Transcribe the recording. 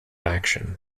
action